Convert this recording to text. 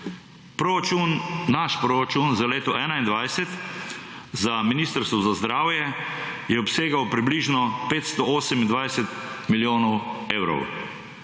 naš proračun za leto 2021 za Ministrstvo za zdravje je obsegal približno 582 milijonov evrov.